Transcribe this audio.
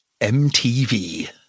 MTV